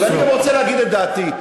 ואני גם רוצה להגיד את דעתי.